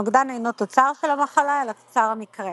הנוגדן אינו תוצר של המחלה אלא תוצר המקרה.